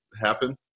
happen